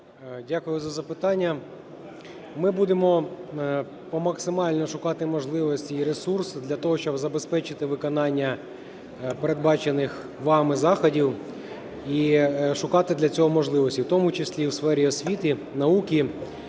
Дякую за запитання. Ми будемо максимально шукати можливості і ресурс для того, щоб забезпечити виконання передбачених вами заходів і шукати для цього можливості, в тому числі у сфері освіти, науки,